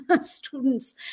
students